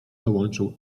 dołączył